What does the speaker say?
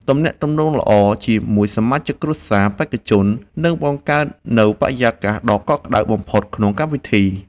ទំនាក់ទំនងល្អជាមួយសមាជិកគ្រួសារបេក្ខជននឹងបង្កើតនូវបរិយាកាសដ៏កក់ក្ដៅបំផុតក្នុងកម្មវិធី។